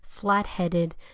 flat-headed